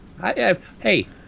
Hey